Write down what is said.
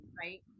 right